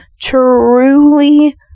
truly